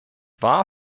war